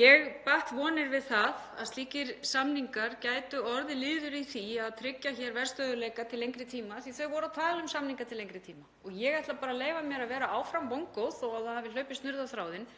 Ég batt vonir við það að slíkir samningar gætu orðið liður í því að tryggja hér verðstöðugleika til lengri tíma því að þau voru að tala um samninga til lengri tíma. Ég ætla bara að leyfa mér að vera áfram vongóð þó að það hafi hlaupið snurða á þráðinn,